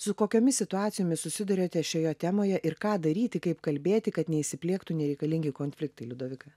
su kokiomis situacijomis susiduriate šioje temoje ir ką daryti kaip kalbėti kad neįsipliektų nereikalingi konfliktai liudovika